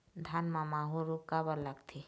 धान म माहू रोग काबर लगथे?